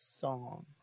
song